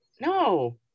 no